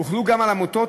הוחלה גם על עמותות,